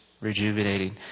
rejuvenating